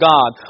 God